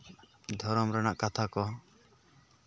ᱫᱷᱚᱨᱚᱢ ᱨᱮᱱᱟᱜ ᱠᱟᱛᱷᱟ ᱠᱚ